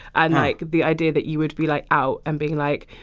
and, like, the idea that you would be, like, out and being like,